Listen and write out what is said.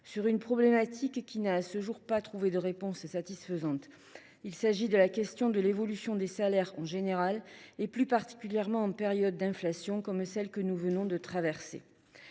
sur une problématique qui n’a, à ce jour, pas trouvé de réponse satisfaisante : garantir l’évolution des salaires en général et plus particulièrement en période de forte inflation, comme celle que nous venons de traverser.